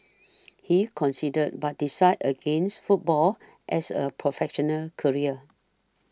he considered but decided against football as a professional career